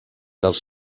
dels